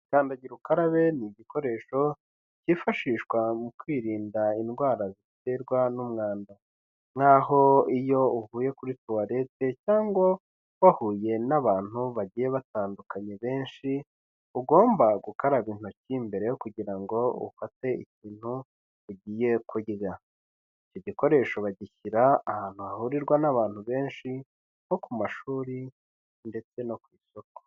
Kandagira ukarabe ni igikoresho kifashishwa mu kwirinda indwara ziterwa n'umwanda nk'aho iyo uvuye kuri tuwarete cyangwa wahuye n'abantu bagiye batandukanye benshi ugomba gukaraba intoki mbere yo kugira ngo ufate ikintu ugiye kurya; icyo gikoresho bagishyira ahantu hahurirwa n'abantu benshi nko ku mashuri ndetse no ku isoko.